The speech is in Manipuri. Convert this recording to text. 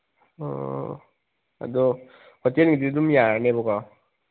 ꯑꯣ ꯑꯗꯣ ꯍꯣꯇꯦꯜꯒꯤꯗꯤ ꯑꯗꯨꯝ ꯌꯥꯔꯅꯦꯕꯀꯣ